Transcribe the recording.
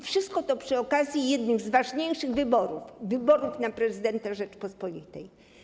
Wszystko to przy okazji jednych z ważniejszych wyborów: wyborów na prezydenta Rzeczypospolitej.